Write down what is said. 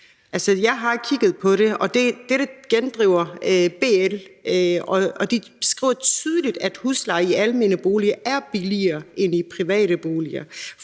jeg kigget på det, og dette gendriver BL, og de skriver tydeligt, at huslejen i almene boliger er billigere end i private boliger.